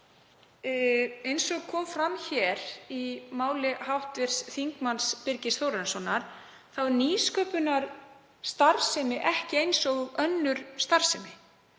eins og kom fram hér í máli hv. þm. Birgis Þórarinssonar þá er nýsköpunarstarfsemi ekki eins og önnur starfsemi.